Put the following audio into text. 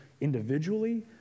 individually